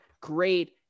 great